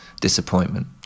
disappointment